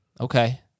Okay